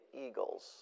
eagles